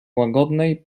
łagodnej